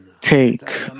take